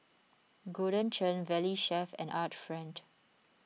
Golden Churn Valley Chef and Art Friend